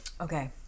Okay